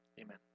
Amen